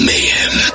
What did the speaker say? Mayhem